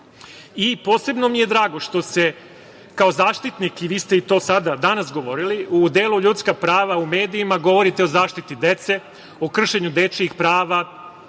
prava. Posebno mi je drago što se, kao Zaštitnik i vi ste i to sada danas govorili, u delu ljudska prava u medijima govorite o zaštiti dece, o kršenju dečijih prava